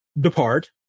depart